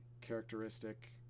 characteristic